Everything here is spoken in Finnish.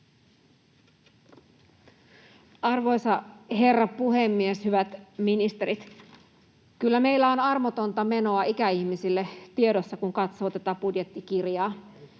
Arvoisa herra puhemies! Hyvät ministerit! Kyllä meillä on armotonta menoa ikäihmisille tiedossa, kun katsoo tätä budjettikirjaa.